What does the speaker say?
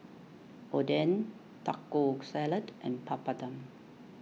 Oden Taco Salad and Papadum